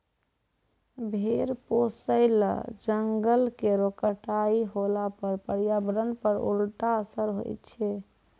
भेड़ पोसय ल जंगल केरो कटाई होला पर पर्यावरण पर उल्टा असर होय छै